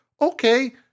okay